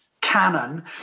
canon